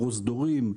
פרוזדורים,